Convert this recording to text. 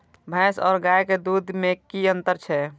भैस और गाय के दूध में कि अंतर छै?